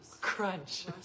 Crunch